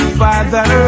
father